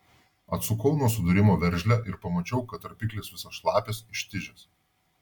atsukau nuo sudūrimo veržlę ir pamačiau kad tarpiklis visas šlapias ištižęs